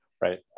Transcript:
Right